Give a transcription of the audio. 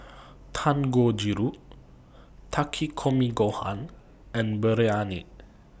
Dangojiru Takikomi Gohan and Biryani